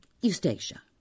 Eustacia